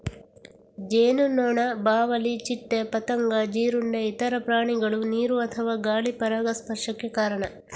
ಜೇನುನೊಣ, ಬಾವಲಿ, ಚಿಟ್ಟೆ, ಪತಂಗ, ಜೀರುಂಡೆ, ಇತರ ಪ್ರಾಣಿಗಳು ನೀರು ಅಥವಾ ಗಾಳಿ ಪರಾಗಸ್ಪರ್ಶಕ್ಕೆ ಕಾರಣ